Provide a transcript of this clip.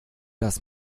das